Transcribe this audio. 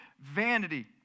vanity